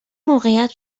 موقعیت